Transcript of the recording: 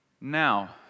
Now